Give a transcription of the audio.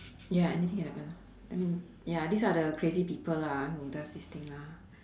ya anything can happen I mean ya this are the crazy people lah who does this thing lah